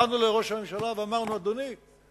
באנו לראש הממשלה ואמרנו: אדוני,